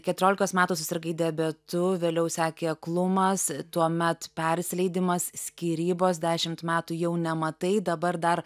keturiolikos metų susirgai diabetu vėliau sekė aklumas tuomet persileidimas skyrybos dešimt metų jau nematai dabar dar